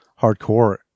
hardcore